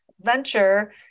venture